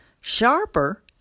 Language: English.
Sharper